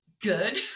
good